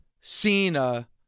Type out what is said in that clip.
Cena